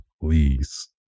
please